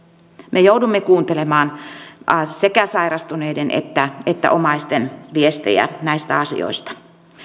me joudumme kuuntelemaan sekä sairastuneiden että että omaisten viestejä näistä asioista